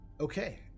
Okay